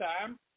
time